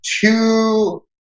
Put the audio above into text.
two